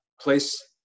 place